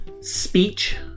speech